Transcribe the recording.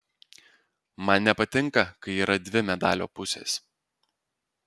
man nepatinka kai yra dvi medalio pusės